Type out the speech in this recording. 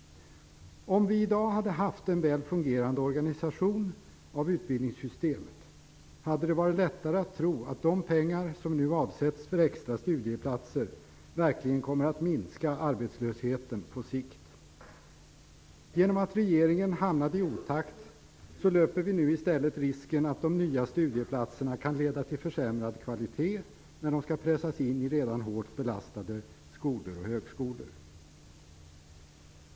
Om vi i dag hade haft en väl fungerande organisation av utbildningssystemet, hade det varit lättare att tro att de pengar som nu avsätts för extra studieplatser verkligen kommer att minska arbetslösheten på sikt. Genom att regeringen hamnat i otakt löper vi nu i stället risken att de nya studieplatserna kan leda till försämrad kvalitet när de skall pressas in i redan hårt belastade skolor och högskolor.